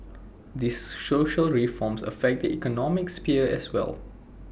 these social reforms affect the economic sphere as well